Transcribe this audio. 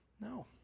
No